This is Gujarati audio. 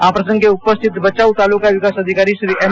આ પ્રસંગે ઉપસ્થિત ભચાઉ તાલુકાના વિકાસ અધિકારી શ્રી એમ